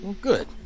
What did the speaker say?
good